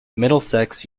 middlesex